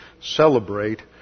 celebrate